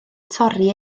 torri